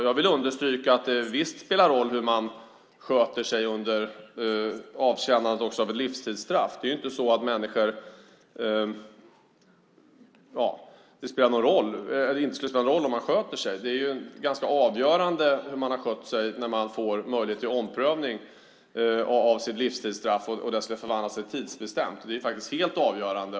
Jag vill understryka att det visst spelar roll hur man sköter sig vid avtjänandet också av ett livstidsstraff. Det är inte så att det inte spelar roll att man sköter sig. Hur man skött sig är tvärtom ganska avgörande när man får möjlighet till omprövning av sitt livstidsstraff och detta ska omvandlas till ett tidsbestämt straff.